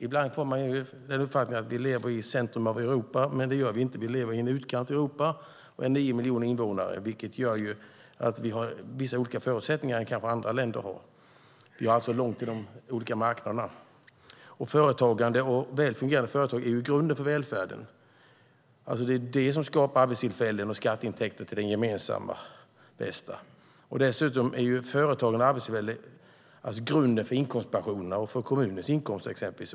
Ibland får man uppfattningen att vi lever i centrum av Europa, men det gör vi inte. Vi lever i en utkant av Europa och är 9 miljoner invånare, vilket gör att vi kanske har andra förutsättningar än övriga länder. Vi har långt till de olika marknaderna. Företagande och väl fungerande företag är grunden för välfärden. Det ger både arbetstillfällen och skatteintäkter till det gemensamma bästa. Dessutom är företagande och arbetstillfällen grunden för inkomstpensionerna, och för exempelvis kommunens inkomster.